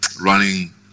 running